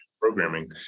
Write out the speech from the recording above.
Programming